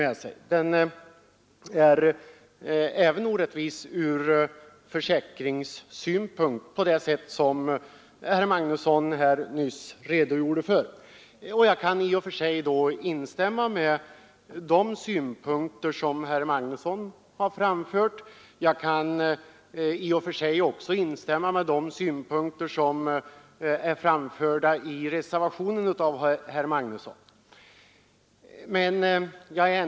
Den är t.ex. orättvis ur försäkringssynpunkt på det sätt som herr Magnusson i Borås nyss redogjort för. Jag kan i och för sig instämma i de synpunkter som herr Magnusson framfört och även i de synpunkter som kommit till uttryck i reservationen av herrar Magnusson i Borås och Nilsson i Trobro.